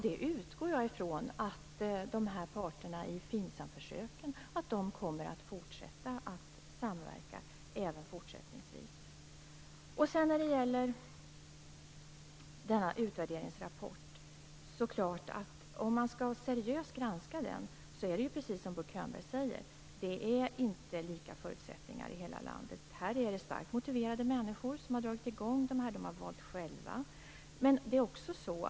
Jag utgår från att parterna i FINSAM-försöken kommer att samverka även fortsättningsvis. Om man seriöst granskar denna utvärderingsrapport finner man, som Bo Könberg säger, att förutsättningarna inte är lika i hela landet. Det är starkt motiverade människor som har dragit i gång detta, och de har själva valt att göra det.